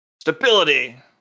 stability